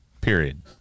Period